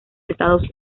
estados